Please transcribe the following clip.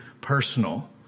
personal